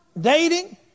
dating